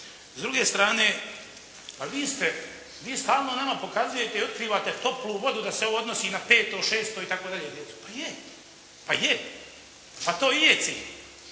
S druge strane, vi stalno nama pokazujete i otkrivate toplu vodu da se ovo odnosi i na peto, šesto itd. dijete. Pa je! Pa to i je cilj.